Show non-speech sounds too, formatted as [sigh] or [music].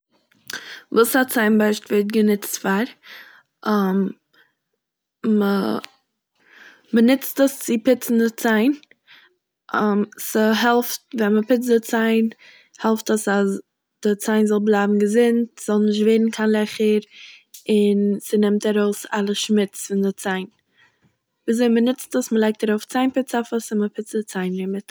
וואס א ציין בארשט ווערט גענוצט פאר. [hesitation] מ'- מ'נוצט עס צו פיצן די ציין. [hesitation] ס'העלפט ווען מ'פיצט די ציין, העלפט עס אז די ציין זאל בלייבן געזונט, ס'זאל נישט ווערן קיין לעכער, און ס'נעמט ארויס אלע שמוץ פון די ציין. וויזוי מ'נוצט עס? מ'לייגט ארויף ציין פיץ אויף עס, און מ'פיצט די ציינער מיט עס.